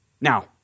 Now